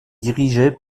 dirigé